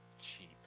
cheap